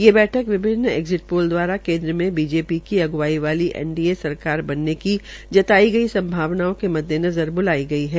ये बैठक विभिन्न एग्जिट पोल द्वारा बीजेपी की अग्वाई वाली एनडीए सरकार बनने की जताई गई संभावनाओं के मद्देनज़र ब्लाई गई है